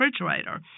refrigerator